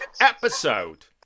episode